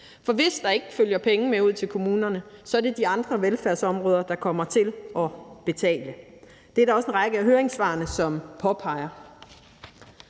For hvis der ikke følger penge med ud til kommunerne, er det de andre velfærdsområder, der kommer til at betale. Det er der også en række af høringssvarene, som påpeger.